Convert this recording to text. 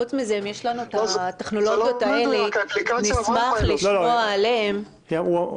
חוץ מזה אם יש לנו הטכנולוגיות האלה נשמח לשמוע עליהם -- זה לא מדויק.